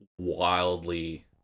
wildly